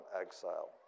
exile